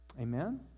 Amen